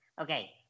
Okay